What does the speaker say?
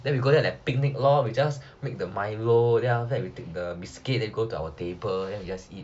then we go there like picnic lor we just make the milo then after that we take the biscuit then go to our table then we just eat